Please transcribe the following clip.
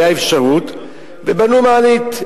היתה אפשרות ובנו מעלית.